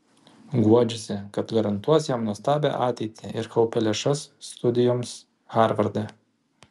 guodžiasi kad garantuos jam nuostabią ateitį ir kaupia lėšas studijoms harvarde